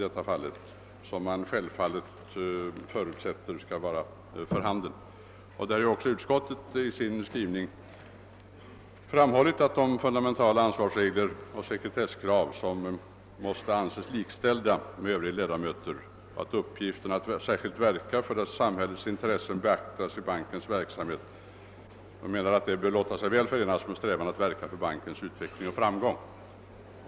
Utskottet har i sin skrivning framhållit att de offentliga ledamöterna i fråga om fundamentala ansvarsregler och sekretesskrav måste anses likställda med övriga styrelseledamöter och att uppgiften att särskilt verka för att samhällets intressen beaktas i bankens verksamhet bör låta sig väl förenas med strävan att verka för bankens utveckling och framgång.